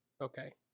okay